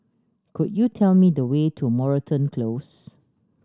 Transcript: could you tell me the way to Moreton Close